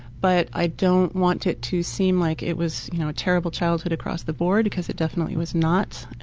but i don't want it to seem like it was you know a terrible childhood across the board because it definitely was not.